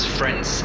friends